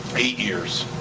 eight years.